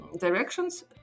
directions